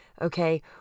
okay